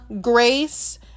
grace